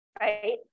right